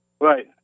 Right